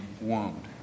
wound